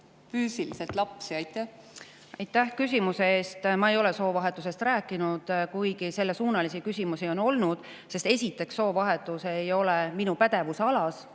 füüsiliselt lapsi? Aitäh,